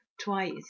twice